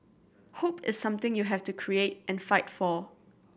hope is something you have to create and fight for